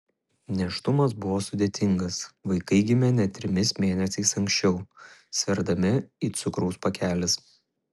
nėštumas buvo sudėtingas vaikai gimė net trimis mėnesiais anksčiau sverdami it cukraus pakelis